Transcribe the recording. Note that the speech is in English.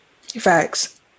Facts